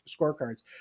scorecards